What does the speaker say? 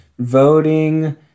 voting